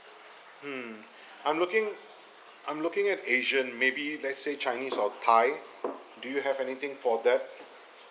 mm I'm looking I'm looking at asian maybe let's say chinese or thai do you have anything for that